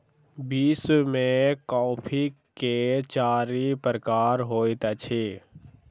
विश्व में कॉफ़ी के चारि प्रकार होइत अछि